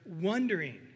wondering